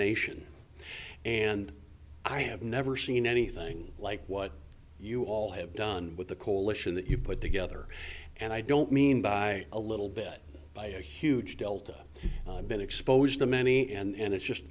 nation and i have never seen anything like what you all have done with the coalition that you put together and i don't mean by a little bit by a huge delta i've been exposed to many and it's just